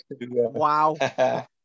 wow